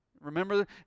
Remember